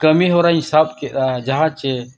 ᱠᱟᱹᱢᱤ ᱦᱚᱨᱟᱧ ᱥᱟᱵ ᱠᱮᱫᱟ ᱡᱟᱦᱟᱸ ᱪᱮ